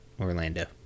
Orlando